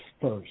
first